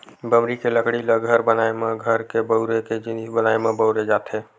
बमरी के लकड़ी ल घर बनाए म, घर के बउरे के जिनिस बनाए म बउरे जाथे